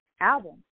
album